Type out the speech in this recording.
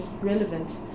relevant